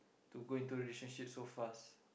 to go into relationship so fast